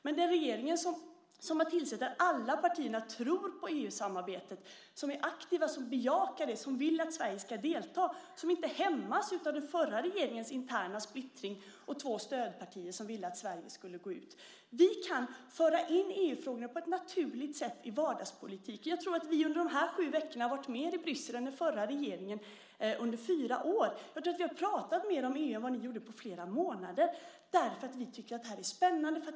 Men det är en regering där alla partier tror på EU-samarbetet, som är aktiv, som bejakar det, som vill att Sverige ska delta och som inte hämmas av den förra regeringens interna splittring och två stödpartier som ville att Sverige skulle gå ur. Vi kan föra in EU-frågorna på ett naturligt sätt i vardagspolitiken. Jag tror att vi under de här sju veckorna har varit mer i Bryssel än den förra regeringen under fyra år. Jag tror att vi har pratat mer om EU än vad ni gjorde på flera månader därför att vi tycker att det här är spännande.